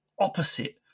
opposite